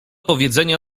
powiedzenia